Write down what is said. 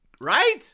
Right